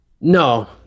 No